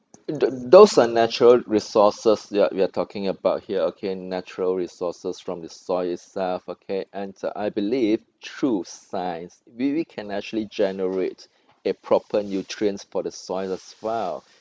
uh those are natural resources that we're talking about here okay natural resources from the soil itself okay and I believe through science we we can actually generate a proper nutrients for the soil as well